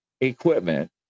equipment